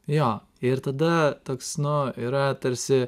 jo ir tada toks nu yra tarsi